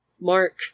mark